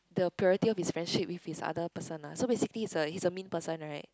the purity of his friendship with his other person ah so basically he's a he's a mean person right